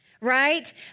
right